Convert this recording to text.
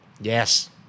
Yes